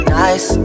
nice